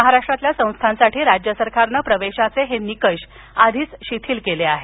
महाराष्ट्रातल्या संस्थांसाठी राज्य सरकारनं प्रवेशाचे हे निकष आधीच शिथिल केले आहेत